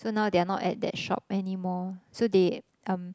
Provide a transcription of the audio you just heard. so now they are not at that shop anymore so they um